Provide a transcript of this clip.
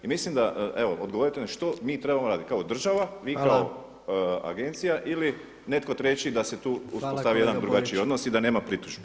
I mislim da, evo odgovorite što mi trebamo raditi, kao država, vi kao agencija ili netko treći da se tu uspostavi jedan drugačiji odnos i da nema pritužbi.